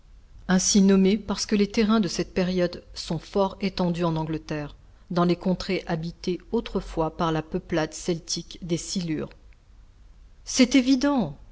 ainsi nommée parce que les terrains de cette période sont fort étendus en angleterre dans les contrées habitées autrefois par la peuplade celtique des silures c'est évident